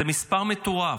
זה מספר מטורף.